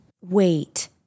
Wait